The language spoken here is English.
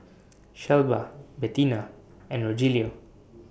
Shelba Bettina and Rogelio